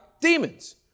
demons